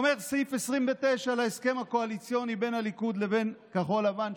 סעיף 29 להסכם בין הליכוד לכחול לבן,